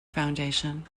foundation